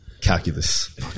Calculus